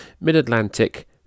Mid-Atlantic